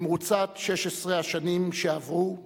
במרוצת 16 השנים שעברו,